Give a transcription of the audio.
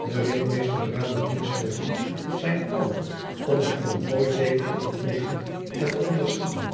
de ritmeester beraamde diensvolgens zijn plan om het konvooi zeker te ontmoeten en te onderscheppen